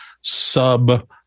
sub